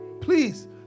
Please